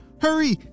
Hurry